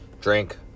drink